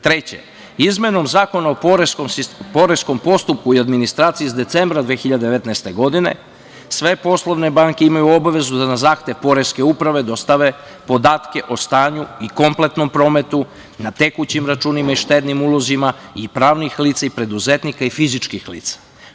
Treće, izmenom Zakona o poreskom postupku i administraciji iz decembra 2019. godine sve poslovne banke imaju obavezu da na zahtev Poreske uprave dostave podatke o stanju i kompletnom prometu na tekućim računima i štednim ulozima i pravnih lica i preduzetnika i fizičkih lica.